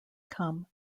come